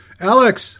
Alex